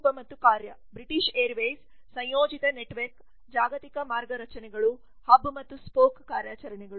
ರೂಪ ಮತ್ತು ಕಾರ್ಯ ಬ್ರಿಟಿಷ್ ಏರ್ವೇಸ್ ಸಂಯೋಜಿತ ನೆಟ್ವರ್ಕ್ ಜಾಗತಿಕ ಮಾರ್ಗ ರಚನೆಗಳು ಹಬ್ ಮತ್ತು ಸ್ಪೋಕ್ ಕಾರ್ಯಾಚರಣೆಗಳು